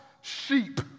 sheep